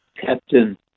captain